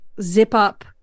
zip-up